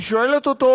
היא שואלת אותו: